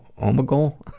o-meggle?